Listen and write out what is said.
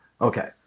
Okay